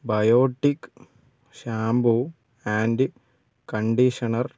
biotic shampoo and conditioner